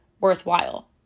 worthwhile